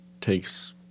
takes